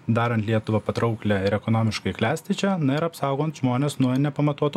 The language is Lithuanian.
darant lietuvą patrauklią ir ekonomiškai klestičią na ir apsaugant žmones nuo nepamatuotų